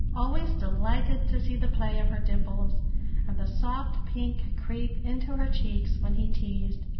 always delighted to see the play of her dimples and the soft pink creep into her cheeks when he teased,